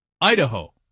Idaho